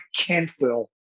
Kentville